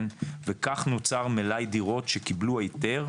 וכך נוצר מלאי דירות שקיבלו היתר,